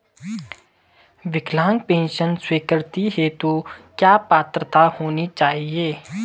विकलांग पेंशन स्वीकृति हेतु क्या पात्रता होनी चाहिये?